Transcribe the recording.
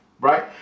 right